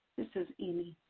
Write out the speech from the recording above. this is amy.